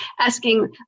asking